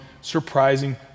surprising